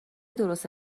درست